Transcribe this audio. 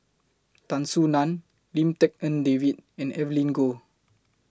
Tan Soo NAN Lim Tik En David and Evelyn Goh